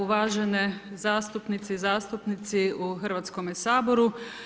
Uvažene zastupnice i zastupnici u Hrvatskome saboru.